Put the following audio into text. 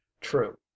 true